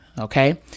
Okay